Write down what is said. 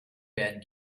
werden